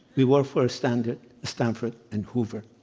we work for stanford stanford and hoover.